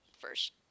first